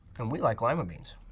and we like lima beans.